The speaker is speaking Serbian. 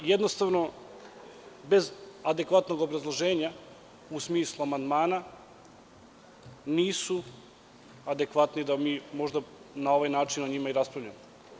Jednostavno, bez adekvatnog obrazloženja u smislu amandmana nisu adekvatni da možemo na ovaj način o njima da raspravljamo.